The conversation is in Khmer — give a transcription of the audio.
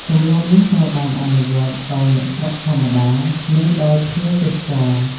ទម្លាប់នេះត្រូវបានអនុវត្តដោយអ្នកស្រុកធម្មតា និងដោយភ្ញៀវទេសចរ។